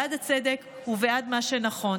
בעד הצדק ובעד מה שנכון.